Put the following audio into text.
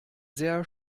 sehr